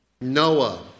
Noah